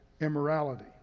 immorality